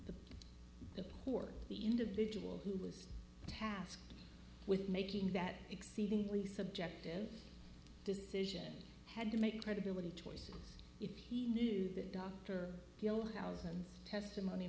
because the poor the individual who was tasked with making that exceedingly subjective decision had to make credibility choices if he knew that dr phil thousand testimony